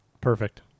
Perfect